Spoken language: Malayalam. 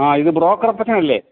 ആ ഇത് ബ്രോക്കർ അപ്പച്ചൻ അല്ലെ